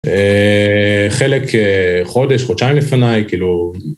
חלק חודש, חודשיים לפניי, כאילו...